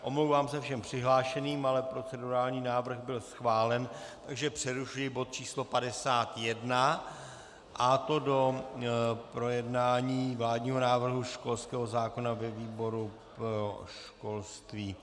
Omlouvám se všem přihlášeným, ale procedurální návrh byl schválen, takže přerušuji bod číslo 51, a to do projednání vládního návrhu školského zákona ve výboru školství.